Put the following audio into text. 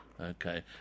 Okay